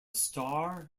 star